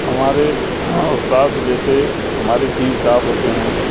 ہمارے استاد جیسے ہمارے پیر صاحب ہوتے ہیں